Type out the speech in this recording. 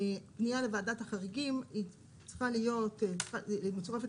פנייה לוועדת החריגים צריכה להיות מצורפת